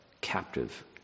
captive